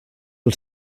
del